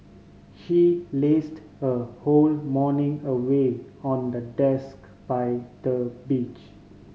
she lazed her whole morning away on the desk by the beach